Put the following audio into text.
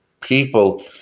people